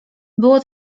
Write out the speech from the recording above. było